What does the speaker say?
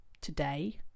today